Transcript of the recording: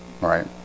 right